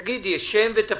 תגידי שם ותפקיד.